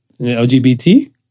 LGBT